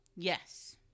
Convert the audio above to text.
Yes